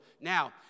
Now